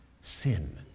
Sin